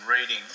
reading